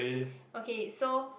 okay so